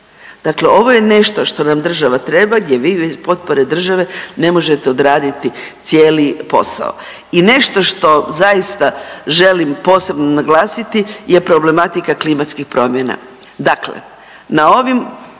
Dakle, ovo je nešto što nam država treba, gdje vi potpore države ne možete odraditi cijeli posao. I nešto što zaista želim posebno naglasiti je problematika klimatskih promjena.